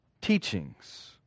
teachings